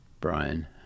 Brian